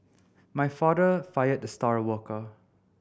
my father fired the star worker